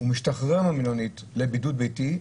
הוא משתחרר מהמלונית לבידוד ביתי,